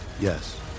Yes